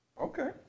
Okay